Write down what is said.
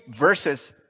verses